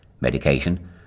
medication